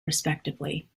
respectively